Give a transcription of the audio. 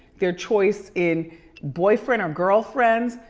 their choice in boyfriend or girlfriends,